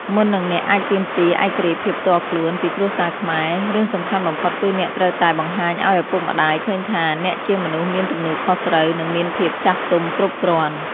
មុននឹងអ្នកអាចទាមទារ ឯករាជ្យភាពផ្ទាល់ខ្លួន ពីគ្រួសារខ្មែរ រឿងសំខាន់បំផុតគឺអ្នកត្រូវតែ បង្ហាញឲ្យឪពុកម្ដាយឃើញថាអ្នកជាមនុស្សមានទំនួលខុសត្រូវ និងមានភាពចាស់ទុំគ្រប់គ្រាន់។